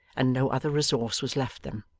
and no other resource was left them.